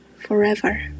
forever